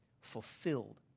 fulfilled